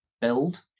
build